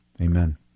Amen